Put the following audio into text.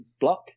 block